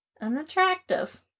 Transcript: Unattractive